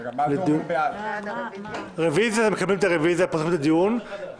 לדיון בהצעות החוק: הצעת חוק הכשרות המשפטית והאפוטרופסות (תיקון - שלילת